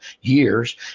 years